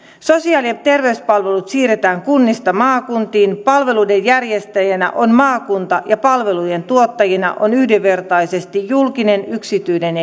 sosiaali ja terveyspalvelut siirretään kunnista maakuntiin palveluiden järjestäjänä on maakunta ja palvelujen tuottajina ovat yhdenvertaisesti julkinen yksityinen